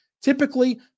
Typically